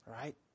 Right